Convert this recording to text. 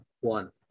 One